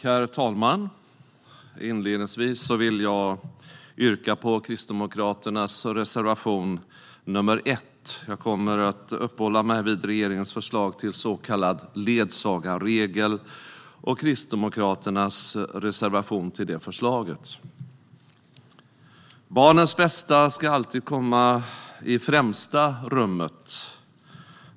Herr talman! Inledningsvis vill jag yrka bifall till Kristdemokraternas reservation 1. Jag kommer att uppehålla mig vid regeringens förslag till så kallad ledsagarregel och Kristdemokraternas reservation till det förslaget. Barnens bästa ska alltid komma i främsta rummet.